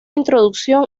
introducción